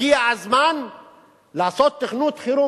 הגיע הזמן לעשות תוכנית חירום,